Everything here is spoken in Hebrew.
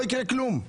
לא יקרה כלום.